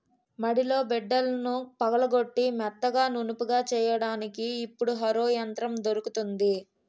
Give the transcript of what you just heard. మడిలో బిడ్డలను పగలగొట్టి మెత్తగా నునుపుగా చెయ్యడానికి ఇప్పుడు హరో యంత్రం దొరుకుతుంది